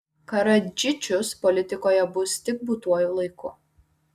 karadžičius politikoje bus tik būtuoju laiku